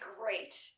great